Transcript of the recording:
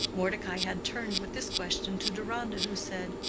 mordecai had turned with this question to deronda, who said,